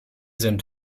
sind